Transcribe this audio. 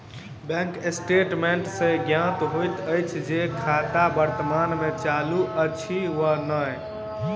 bank statement सॅ ज्ञात होइत अछि जे खाता वर्तमान मे चालू अछि वा नै